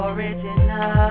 Original